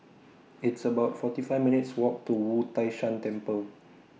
It's about forty five minutes' Walk to Wu Tai Shan Temple